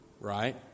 right